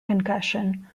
concussion